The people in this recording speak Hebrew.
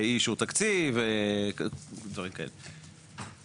אי אישור תקציב, דברים כאלה.